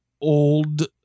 old